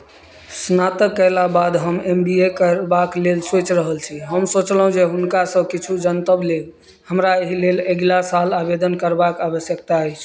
स्नातक कयला बाद हम एम बी ए करबाक लेल सोचि रहल छी हम सोचलहुँ जे हुनकासँ किछु जन्तव लेब हमरा एहि लेल अगिला साल आवेदन करबाक आवश्यकता अछि